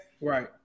right